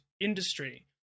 industry